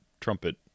trumpet